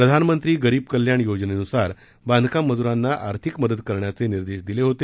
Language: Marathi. प्रधानमंत्री गरीब कल्याण योजनेनुसार बांधकाम मजुरांना आर्थिक मदत करण्याचे निर्देश देण्यात आले होते